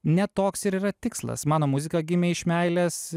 ne toks ir yra tikslas mano muzika gimė iš meilės